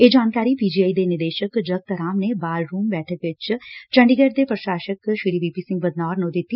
ਇਹ ਜਾਣਕਾਰੀ P G I ਦੇ ਨਿਦੇਸ਼ਕ ਜਗਤ ਰਾਮ ਨੇ ਬਾਰ ਰੁਮ ਬੈਠਕ ਚ ਚੰਡੀਗੜ ਦੇ ਪ੍ਰਸ਼ਾਸਕ ਵੀ ਪੀ ਸਿੰਘ ਬਦਨੌਰ ਨੂੰ ਦਿੱਤੀ